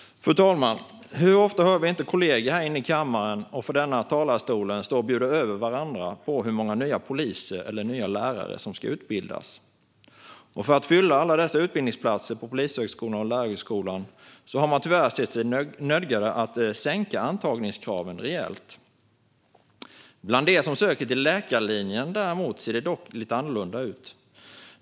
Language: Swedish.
Fru talman! Hur ofta hör vi inte kollegor stå här i kammaren och bjuda över varandra när det gäller hur många nya poliser eller hur många nya lärare som ska utbildas? För att fylla alla dessa utbildningsplatser på polishögskolan och lärarhögskolan har man sedan tyvärr sett sig nödgad att sänka antagningskraven rejält. Bland dem som söker till läkarlinjen på högskolan ser det dock lite annorlunda ut.